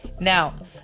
Now